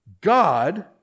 God